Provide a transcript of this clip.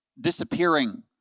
disappearing